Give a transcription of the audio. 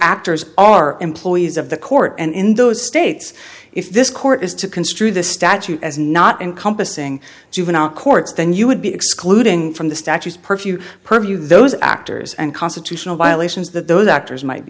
actors are employees of the court and in those states if this court is to construe the statute as not encompassing juvenile courts then you would be excluding from the statues purview purview those actors and constitutional violations that those actors might be